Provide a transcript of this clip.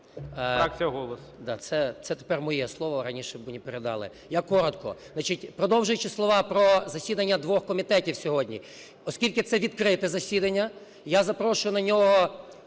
це тепер моє слово, раніше мені передали. Я коротко. Значить, продовжуючи слова про засідання двох комітетів сьогодні. Оскільки це відкрите засідання, я запрошую на нього